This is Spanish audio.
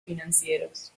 financieros